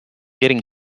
getting